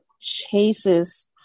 chases